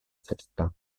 cesta